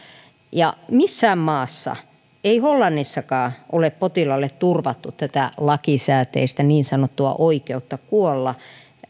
ei missään maassa ei hollannissakaan ole potilaalle turvattu tätä lakisääteistä niin sanottua oikeutta kuolla